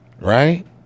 Right